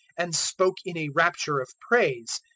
and spoke in a rapture of praise.